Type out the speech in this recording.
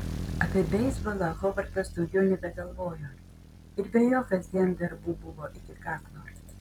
apie beisbolą hovardas daugiau nebegalvojo ir be jo kasdien darbų buvo iki kaklo